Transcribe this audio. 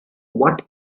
what